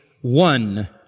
one